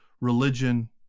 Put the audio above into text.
religion